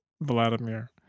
Vladimir